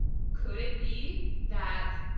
could it be that